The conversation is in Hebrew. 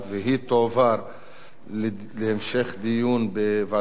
והיא תועבר להמשך דיון בוועדת החוקה,